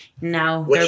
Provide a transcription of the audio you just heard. Now